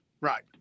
Right